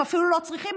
הם אפילו לא צריכים,